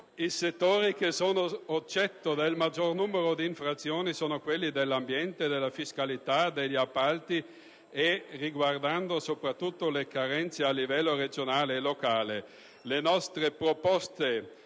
I settori che sono oggetto del maggior numero di infrazioni sono quelli dell'ambiente, della fiscalità e degli appalti e riguardano soprattutto le carenze a livello regionale e locale. Le nostre proposte